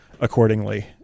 accordingly